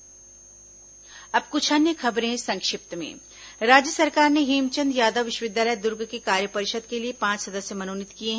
संक्षिप्त समाचार अब कुछ अन्य खबरें संक्षिप्त में राज्य सरकार ने हेमचंद यादव विश्वविद्यालय दुर्ग के कार्य परिषद के लिए पांच सदस्य मनोनीत किए हैं